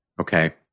Okay